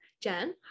Jen